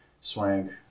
Swank